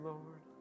Lord